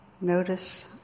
Notice